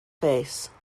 face